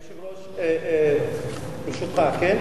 היושב-ראש, ברשותך, כן?